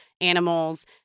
animals